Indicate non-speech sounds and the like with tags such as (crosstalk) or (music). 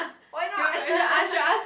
why not (laughs)